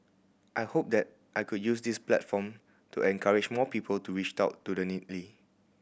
I hope that I could use this platform to encourage more people to reached out to the